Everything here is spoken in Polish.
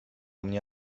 mnie